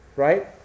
Right